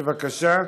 בבקשה,